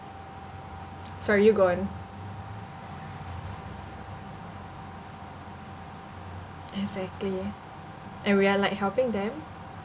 sorry you go on exactly and we are like helping them